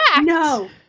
no